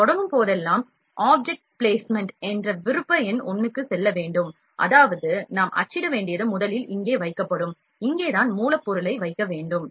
நாம் தொடங்கும் போதெல்லாம் ஆப்ஜெக்ட் பிளேஸ்மென்ட் என்ற விருப்ப எண் 1 க்கு செல்ல வேண்டும் அதாவது நாம் அச்சிட வேண்டியது முதலில் இங்கே வைக்கப்படும் இங்கே தான் மூலப்பொருளை வைக்க வேண்டும்